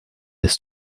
des